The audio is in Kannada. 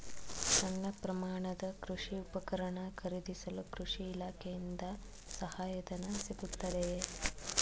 ಸಣ್ಣ ಪ್ರಮಾಣದ ಕೃಷಿ ಉಪಕರಣ ಖರೀದಿಸಲು ಕೃಷಿ ಇಲಾಖೆಯಿಂದ ಸಹಾಯಧನ ಸಿಗುತ್ತದೆಯೇ?